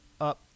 up